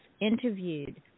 interviewed –